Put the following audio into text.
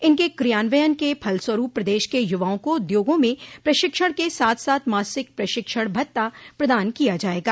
इनके क्रियान्वयन के फलस्वरूप प्रदेश के युवाओं को उद्योगों में प्रशिक्षण के साथ साथ मासिक प्रशिक्षण भत्ता प्रदान किया जायेगा